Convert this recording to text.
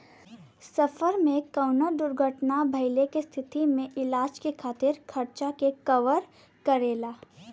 सफर में कउनो दुर्घटना भइले के स्थिति में इलाज के खातिर खर्चा के कवर करेला